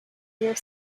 your